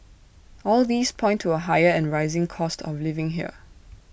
all these point to A higher and rising cost of living here